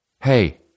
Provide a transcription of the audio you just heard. Hey